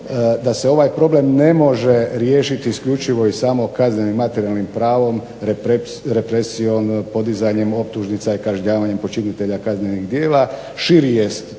da se ovaj problem ne može riješiti isključivo i samo kaznenim materijalnim pravom, represijom, podizanjem optužnica i kažnjavanjem počinitelja kaznenih djela. Širi jest